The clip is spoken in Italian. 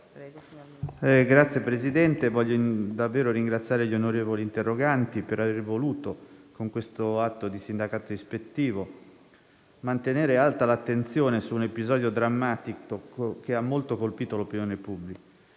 Signor Presidente, desidero davvero ringraziare gli onorevoli interroganti per aver voluto, con questo atto di sindacato ispettivo, mantenere alta l'attenzione su un episodio drammatico che ha molto colpito l'opinione pubblica.